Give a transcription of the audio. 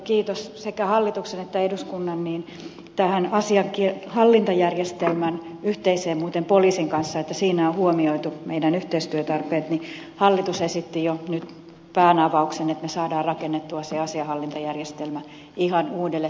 kiitos sekä hallituksen että eduskunnan tähän asiakirjanhallintajärjestelmään yhteinen muuten poliisin kanssa siinä on huomioitu meidän yhteistyötarpeemme hallitus esitti jo nyt päänavauksen että me saamme rakennettua sen asianhallintajärjestelmän ihan uudelle tolalle